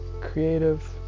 creative